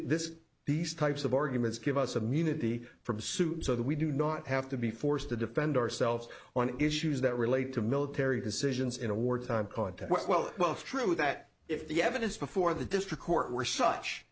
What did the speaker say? this these types of arguments give us some unity from suit so that we do not have to be forced to defend ourselves on issues that relate to military decisions in a wartime context well it's true that if the evidence before the district court were such